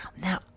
Now